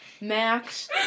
Max